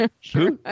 Sure